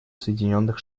соединенных